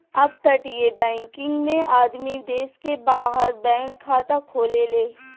अपतटीय बैकिंग में आदमी देश के बाहर बैंक खाता खोलेले